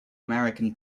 american